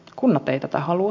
kunnat eivät tätä halua